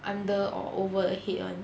under or over a head [one]